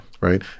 Right